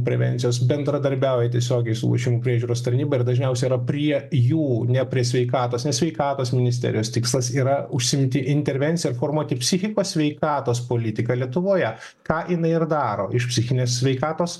prevencijos bendradarbiauja tiesiogiai su lošimų priežiūros tarnyba ir dažniausiai yra prie jų ne prie sveikatos nes sveikatos ministerijos tikslas yra užsiimti intervencija ir formuoti psichikos sveikatos politiką lietuvoje ką jinai ir daro iš psichinės sveikatos